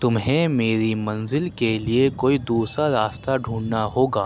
تمہیں میری منزل کے لیے کوئی دوسرا راستہ ڈھونڈنا ہوگا